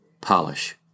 polish